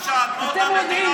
אתם יודעים.